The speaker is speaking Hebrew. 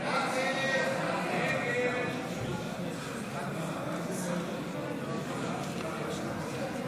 ההסתייגויות לסעיף 25 בדבר תוספת תקציב לא נתקבלו.